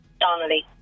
Donnelly